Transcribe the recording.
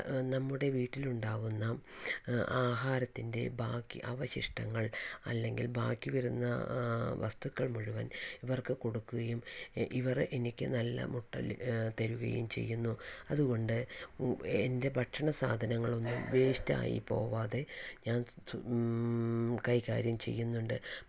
നമ്മുടെ വീട്ടിലുണ്ടാകുന്ന ആഹാരത്തിൻ്റെ ബാക്കി അവശിഷ്ടങ്ങൾ അല്ലെങ്കിൽ ബാക്കി വരുന്ന വസ്തുക്കൾ മുഴുവൻ ഇവർക്ക് കൊടുക്കുകയും ഇവര് എനിക്ക് നല്ല മുട്ട തരുകയും ചെയ്യുന്നു അതുകൊണ്ട് എൻ്റെ ഭക്ഷണ സാധനങ്ങളൊന്നും വേസ്റ്റായി പോവാതെ ഞാൻ കൈകാര്യം ചെയ്യുന്നുണ്ട്